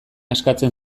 eskatzen